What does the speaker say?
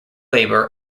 labour